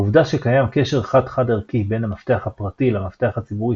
העובדה שקיים קשר חד-חד ערכי בין המפתח הפרטי למפתח הציבורי